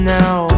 now